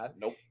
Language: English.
Nope